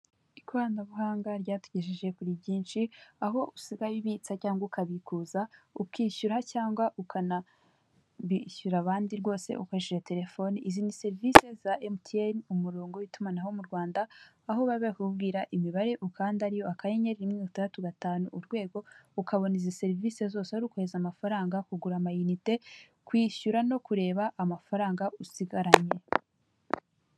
Ikoranabuhanga ryatugejeje kuri byinshi aho usigaye ubitsa cyangwa ukabikuza, ukishyura cyangwa ukanabishyura abandi rwose ukoresheje terefoni izi ni serivisi za Emutiyeni umurongo w'itumanaho mu Rwanda aho baba bari kukubwira imibare ukanda ariyo akanyenyeri rimwe itandatu gatanu urwego ukabona izi serivisi zose ari ukohereza amafaranga, kugura ama inite, kwishyura no kureba amafaranga usigaranye.